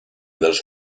dels